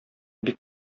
бик